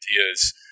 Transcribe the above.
ideas